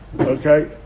Okay